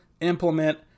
implement